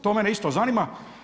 To mene isto zanima.